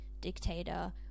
dictator